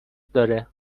داره